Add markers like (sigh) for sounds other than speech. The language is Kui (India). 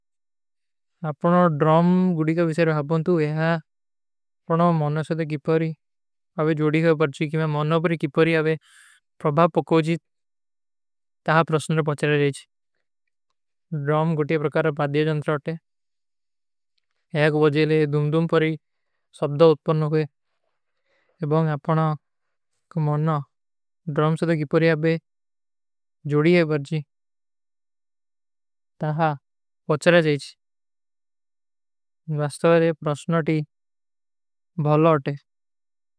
ଆପନା ଡ୍ରମ ଗୁଡୀ କା ଵିସେର ହୈ ଅପନ୍ତୁ, ଯହାଁ ପରନା ମନନ ସେ ତକୀ ପରୀ ଆଭେ ଜୋଡୀ ହୈ ପରଚୀ, କିମ୍ଯାଂ ମନନ ପରୀ କୀ ପରୀ ଆଭେ ପ୍ରଭାପ ପକୋଜୀତ (hesitation) ତହାଁ ପ୍ରସଂଦର ପଚଲା ଜାଏଚ୍ଛୂ। ଡ୍ରମ ଗୁଡୀ କା ପ୍ରକାର ପାଦିଯା ଜନ୍ତର ଆଠେ, ଏକ ଵଜେଲେ ଦୁମଦୁମ ପରୀ ସବ୍ଦା ଉତ୍ପନ ନୋଗେ, ଏବାଁ ଆପନା କମାନା ଡ୍ରମ ସେ ତକୀ ପରୀ ଆଭେ ଜୋଡୀ ହୈ ପରଚୀ, (hesitation) ତହାଁ ପଚଲା ଜାଏଚ୍ଛୂ। ଵାସ୍ତଵାଲେ ପ୍ରସ୍ଣାଟୀ ଭଲା ଆଠେ।